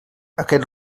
aquest